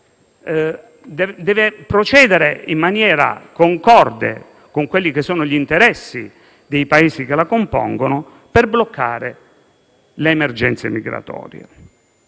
deve procedere in maniera concorde con gli interessi dei Paesi che la compongono, di bloccare le emergenze migratorie.